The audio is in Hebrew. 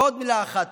ועוד מילה אחת